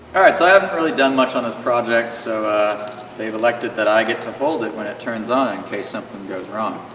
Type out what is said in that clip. alright so i haven't really done much on this project so ah they've elected that i get to hold it when it turns on in case something goes wrong.